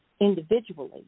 individually